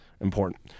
important